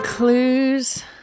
Clues